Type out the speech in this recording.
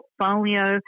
portfolio